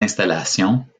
installations